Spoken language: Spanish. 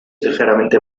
ligeramente